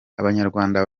abanyarwanda